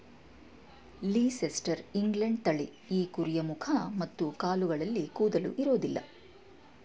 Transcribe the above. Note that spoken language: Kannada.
ಲೀಸೆಸ್ಟರ್ ಇಂಗ್ಲೆಂಡ್ ತಳಿ ಈ ಕುರಿಯ ಮುಖ ಮತ್ತು ಕಾಲುಗಳಲ್ಲಿ ಕೂದಲು ಇರೋದಿಲ್ಲ